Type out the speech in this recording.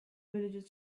villages